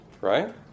right